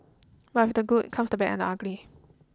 but with the good comes the bad and the ugly